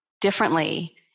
differently